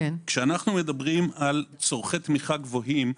כשאנחנו מדברים על צורכי תמיכה גבוהים,